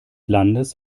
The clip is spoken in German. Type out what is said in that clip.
landes